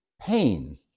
pain